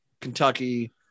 Kentucky